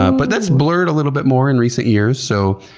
but that's blurred a little bit more in recent years. so